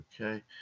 Okay